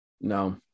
no